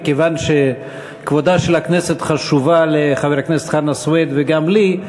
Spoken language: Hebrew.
מכיוון שכבודה של הכנסת חשוב לחבר הכנסת סוייד וגם לי,